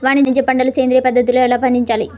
వాణిజ్య పంటలు సేంద్రియ పద్ధతిలో ఎలా పండించాలి?